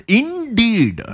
indeed